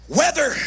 weather